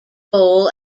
bowl